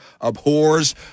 abhors